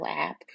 app